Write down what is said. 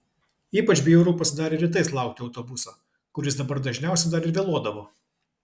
ypač bjauru pasidarė rytais laukti autobuso kuris dabar dažniausiai dar ir vėluodavo